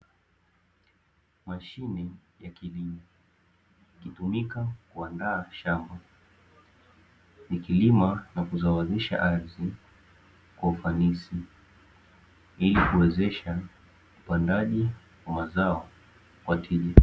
Mashine ya kilimo, ikitumika kuandaa shamba, ikilima kwa kusawazisha ardhi kwa ufanisi ili kuwezesha upandaji wa mazao ya tija.